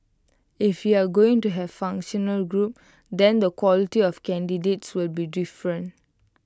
if you're going to have functional groups then the quality of candidates will be different